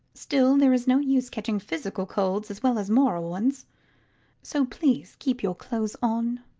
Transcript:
still, there is no use catching physical colds as well as moral ones so please keep your clothes on.